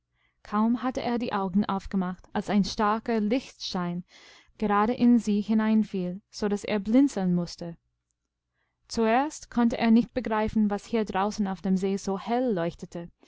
kaum hatte er die augen aufgemacht als ein starker lichtschein gerade in sie hineinfiel so daß er blinzelnmußte zuerst konnte er nicht begreifen was hier draußen auf dem see so hell leuchtete